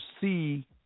see